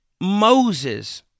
Moses